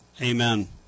Amen